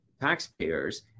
taxpayers